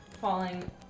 falling